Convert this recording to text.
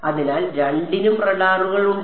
അതിനാൽ രണ്ടിനും റഡാറുകൾ ഉണ്ട്